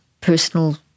personal